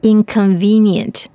Inconvenient